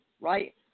right